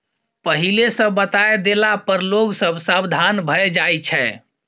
पहिले सँ बताए देला पर लोग सब सबधान भए जाइ छै